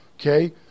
Okay